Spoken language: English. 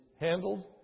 handled